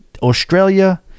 australia